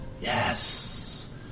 Yes